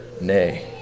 Nay